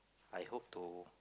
I hope to